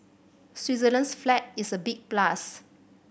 Switzerland's flag is a big plus